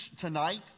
tonight